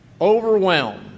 overwhelmed